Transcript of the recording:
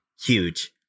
huge